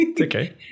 Okay